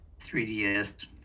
3DS